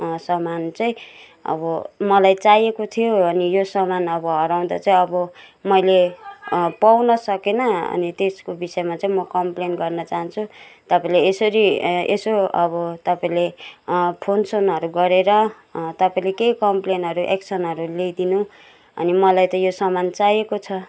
सामान चाहिँ अब मलाई चाहिएको थियो अनि यो सामान अब हराउँदा चाहिँ अब मैले पाउन सकिनँ अनि त्यसको विषयमा चाहिँ म कम्प्लेन गर्न चाहन्छु तपाईँले यसरी यसो अब तपाईँले फोन सोनहरू गरेर तपाईँले केही कम्प्लेनहरू एक्सनहरू लिइदिनु अनि मलाई त यो सामान चाहिएको छ